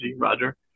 Roger